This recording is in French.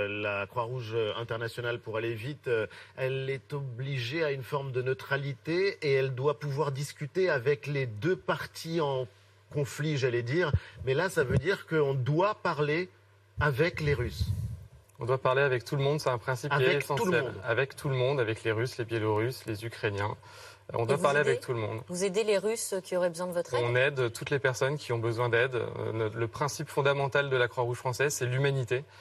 La Croix-Rouge internationale, pour aller vite, euh, elle est obligée à une forme de neutralité et elle doit pouvoir discuter avec les deux parties en conflit, j'allais dire. Mais là, ça veut dire qu'on doit parler avec les Russes. On doit parler avec tout le monde, c'est un principe qui est Avec tout le essentiel. monde. Avec tout le monde, avec les Russes, les Biélorusses, les Ukrainiens. Euh, on doit Et vous parler avec aidez- tout le monde. vous aidez les Russes qui auraient besoin de votre aide ? On aide toutes les personnes qui ont besoin d'aide. Euh, no- le principe fondamental de la Croix-Rouge française, c'est l'humanité.